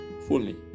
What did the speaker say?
fully